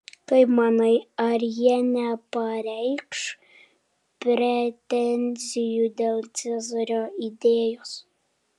kaip manai ar jie nepareikš pretenzijų dėl cezario idėjos